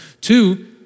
Two